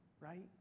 right